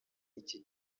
iki